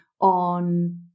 on